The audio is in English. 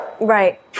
Right